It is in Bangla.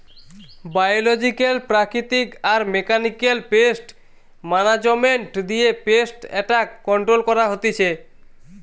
বায়লজিক্যাল প্রাকৃতিক আর মেকানিক্যাল পেস্ট মানাজমেন্ট দিয়ে পেস্ট এট্যাক কন্ট্রোল করা হতিছে